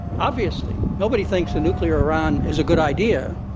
obviously. nobody thinks a nuclear iran is a good idea.